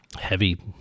heavy